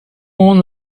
own